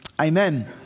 Amen